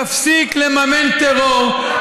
תפסיק לממן טרור,